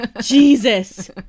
jesus